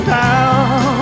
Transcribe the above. down